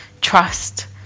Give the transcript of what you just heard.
trust